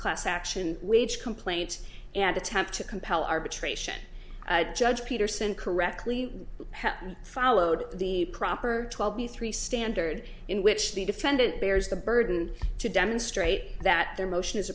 class action wage complaint and attempt to compel arbitration judge peterson correctly have followed the proper twelve me three standard in which the defendant bears the burden to demonstrate that their motion is